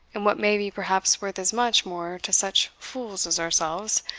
and what may be perhaps worth as much more to such fools as ourselves,